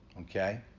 okay